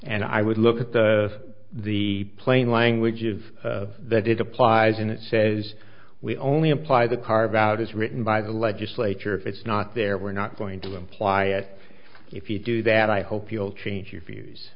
and i would look at the the plain language of that it applies and it says we only apply the carve out as written by the legislature if it's not there we're not going to imply if you do that i hope you'll change your views